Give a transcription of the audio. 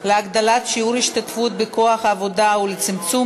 להגדלת שיעור ההשתתפות בכוח העבודה ולצמצום